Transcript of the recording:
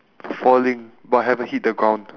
falling but haven't hit the ground